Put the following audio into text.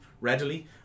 readily